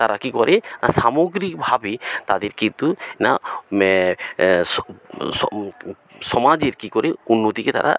তারা কী করে না সামগ্রিকভাবে তাদের কিন্তু না সমাজের কী করে উন্নতিকে তারা